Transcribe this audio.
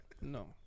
No